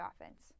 offense